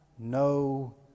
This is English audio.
No